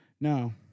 No